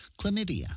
chlamydia